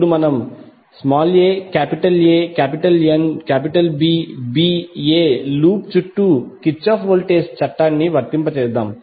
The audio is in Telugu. ఇప్పుడు మనము aANBba లూప్ చుట్టూ కిర్చాఫ్ వోల్టేజ్ చట్టాన్ని వర్తింపజేస్తాము